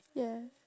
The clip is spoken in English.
ya